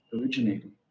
originating